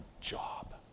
job